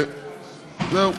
זהו.